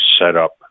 setup